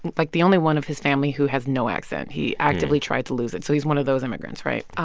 like, the only one of his family who has no accent yeah he actively tried to lose it. so he's one of those immigrants, right?